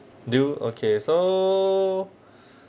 do you okay so